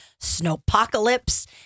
snowpocalypse